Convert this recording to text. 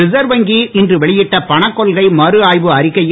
reserve வங்கி இன்று வெளியிட்ட பணகொள்கை மறுஆய்வு அறிக்கையில்